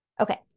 Okay